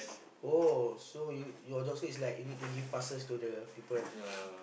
oh so you your job scope is like you need to give passes to the people